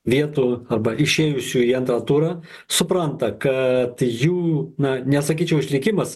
vietų arba išėjusių į antrą turą supranta kad jų na nesakyčiau išlikimas